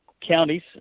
counties